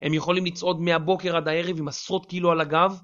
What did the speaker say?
הם יכולים לצעוד מהבוקר עד הערב עם עשרות קילו על הגב?